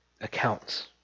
accounts